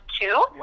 two